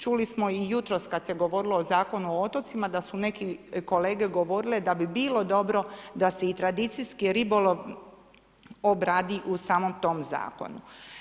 Čuli smo i jutros kad se govorilo o Zakonu o otocima da su neki kolege govorile da bi bilo dobro da se i tradicijski ribolov obradi u samom tom zakonu.